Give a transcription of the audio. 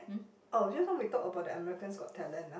oh just now we talk about the America's-Got-Talents ah